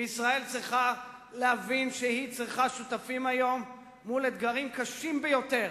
וישראל צריכה להבין שהיא צריכה שותפים היום מול אתגרים קשים ביותר,